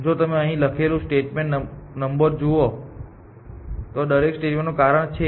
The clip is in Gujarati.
જો તમે અહીં લખેલું સ્ટેટમેન્ટ નંબર બે જુઓ તો દરેક સ્ટેટમેન્ટનું કારણ છે